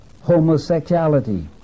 homosexuality